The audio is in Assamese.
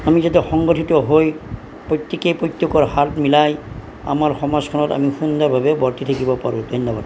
আমি যাতে সংগঠিত হৈ প্ৰত্যেকেই প্ৰত্যেকৰ হাত মিলাই আমাৰ সমাজখনত আমি সুন্দৰভাৱে বৰ্তি থাকিব পাৰোঁ ধন্যবাদ